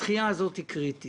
הדחייה הזאת היא קריטית